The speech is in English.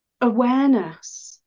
awareness